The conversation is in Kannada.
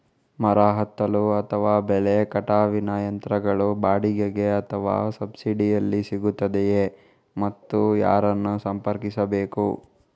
ಮರ ಹತ್ತಲು ಅಥವಾ ಬೆಲೆ ಕಟಾವಿನ ಯಂತ್ರಗಳು ಬಾಡಿಗೆಗೆ ಅಥವಾ ಸಬ್ಸಿಡಿಯಲ್ಲಿ ಸಿಗುತ್ತದೆಯೇ ಮತ್ತು ಯಾರನ್ನು ಸಂಪರ್ಕಿಸಬೇಕು?